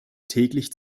täglich